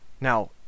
Now